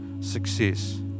success